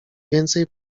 więcej